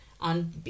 on